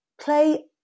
play